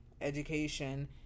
education